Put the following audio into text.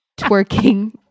twerking